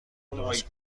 درست